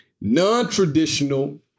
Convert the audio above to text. Non-traditional